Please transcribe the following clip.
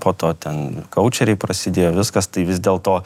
po to ten kaučeriai prasidėjo viskas tai vis dėl to